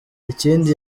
ikindi